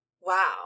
wow